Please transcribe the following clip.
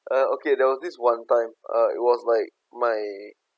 uh okay there was this one time uh it was like my